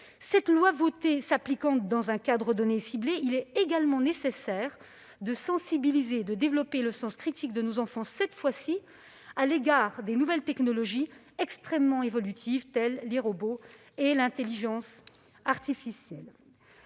une fois votée, s'appliquera dans un cadre ciblé, il sera également nécessaire de sensibiliser et de développer le sens critique de nos enfants à l'égard de nouvelles technologies extrêmement évolutives, tels les robots et l'intelligence artificielle.